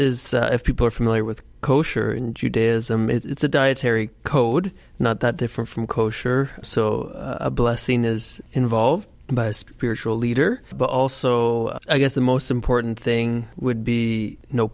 is if people are familiar with kosher in judaism it's a dietary code not that different from kosher so a blessing is involved by a spiritual leader but also i guess the most important thing would be no